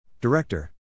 Director